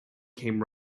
came